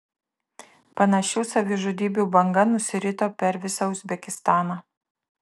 panašių savižudybių banga nusirito per visą uzbekistaną